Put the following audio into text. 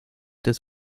des